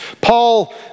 Paul